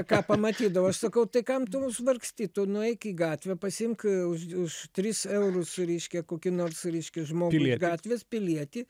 ką pamatydavo aš sakau tai kam tu mus vargsti tu nueik į gatvę pasiimk už už tris eurus reiškia kokį nors reiškia žmogų iš gatvės pilietį